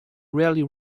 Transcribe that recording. rarely